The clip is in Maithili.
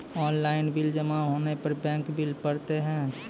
ऑनलाइन बिल जमा होने पर बैंक बिल पड़तैत हैं?